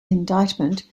indictment